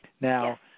Now